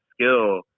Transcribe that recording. skill